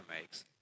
makes